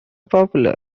popular